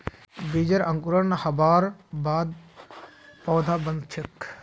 बीजेर अंकुरण हबार बाद पौधा बन छेक